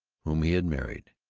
whom he had married,